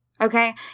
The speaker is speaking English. Okay